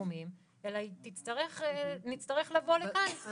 הסכומים אלא נצטרך לבוא לכאן עם הצעת חוק.